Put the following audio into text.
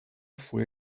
fue